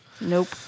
Nope